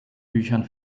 büchern